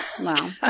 Wow